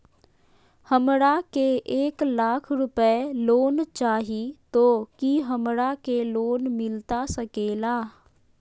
हमरा के एक लाख रुपए लोन चाही तो की हमरा के लोन मिलता सकेला?